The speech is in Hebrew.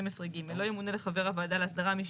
12(ג) לא ימונה לחבר הוועדה להסדרה מי